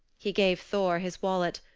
he gave thor his wallet.